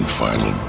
final